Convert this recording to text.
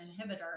inhibitor